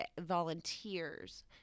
volunteers